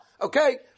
Okay